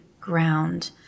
ground